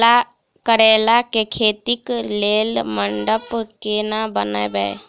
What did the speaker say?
करेला खेती कऽ लेल मंडप केना बनैबे?